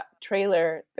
trailer